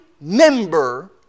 member